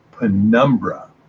penumbra